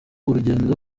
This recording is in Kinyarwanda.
urugendo